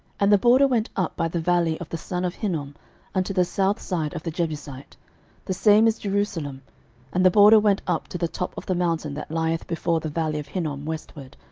and the border went up by the valley of the son of hinnom unto the south side of the jebusite the same is jerusalem and the border went up to the top of the mountain that lieth before the valley of hinnom westward,